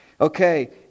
Okay